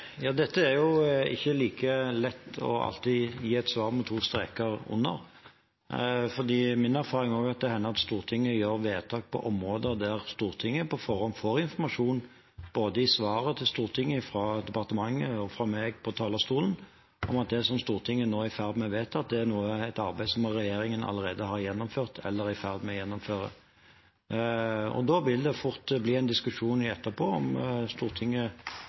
Dette er det ikke like lett alltid å gi et svar med to streker under på, for min erfaring er også at det hender at Stortinget gjør vedtak på områder der Stortinget på forhånd får informasjon, både i svaret til Stortinget fra departementet og fra meg på talerstolen, om at det som Stortinget nå er i ferd med å vedta, er et arbeid regjeringen allerede har gjennomført eller er i ferd med å gjennomføre. Da vil det fort bli en diskusjon etterpå om Stortinget